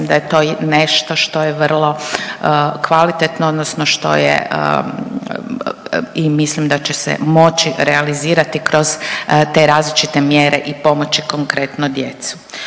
da je to nešto što je vrlo kvalitetno, odnosno što je i mislim da će se moći realizirati kroz te različite mjere i pomoći konkretno djecu.